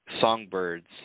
songbirds